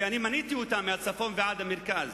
ואני מניתי אותן מהצפון ועד המרכז.